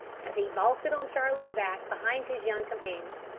as he vaulted on charlie's back behind his young companion.